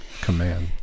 command